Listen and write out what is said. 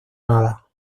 nada